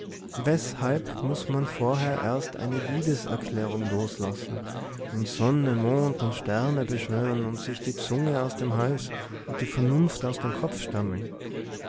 weshalb muß man vorher erst eine liebeserklärung loslassen und sonne mond und sterne beschwören und sich die zunge aus dem hals und die vernunft aus dem kopf stammeln